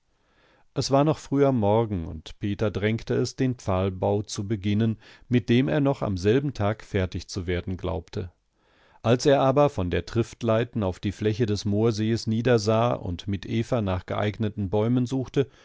es war noch früh am morgen und peter drängte es den pfahlbau zu beginnen mit dem er noch am selben tag fertig zu werden glaubte als er aber von der triftleiten auf die fläche des moorsees niedersah und mit eva nach geeigneten bäumen suchte